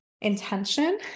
intention